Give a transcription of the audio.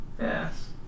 Yes